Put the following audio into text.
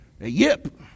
yip